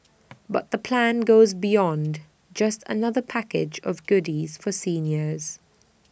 but the plan goes beyond just another package of goodies for seniors